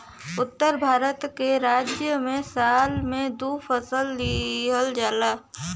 उत्तर भारत के राज्य में साल में दू फसल लिहल जाला